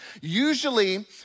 Usually